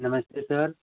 नमस्ते सर